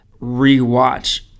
rewatch